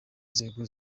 nzego